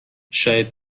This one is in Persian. شاید